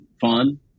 fun